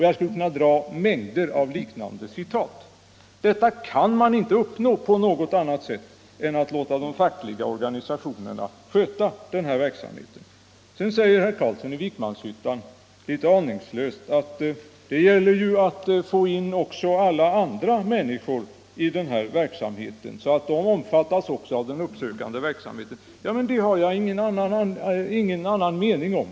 — Jag skulle kunna referera mängder av liknande uttalanden. Detta kan man inte uppnå på något annat sätt än genom att låta de fackliga organisationerna sköta verksamheten. Sedan säger herr Carlsson i Vikmanshyttan litet aningslöst att det gäller ju att se till att också alla andra människor omfattas av uppsökande verksamhet. Det har jag ingen annan mening om.